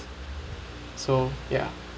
so ya